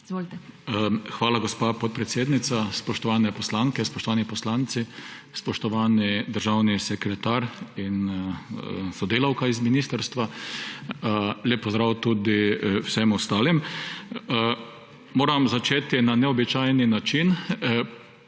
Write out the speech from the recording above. Hvala, gospa podpredsednica. Spoštovane poslanke, spoštovani poslanci, spoštovani državni sekretar in sodelavka iz ministrstva. Lep pozdrav tudi vsem ostalim! Moram začeti na neobičajni način.